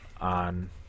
on